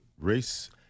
race